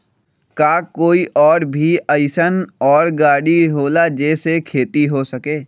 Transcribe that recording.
का कोई और भी अइसन और गाड़ी होला जे से खेती हो सके?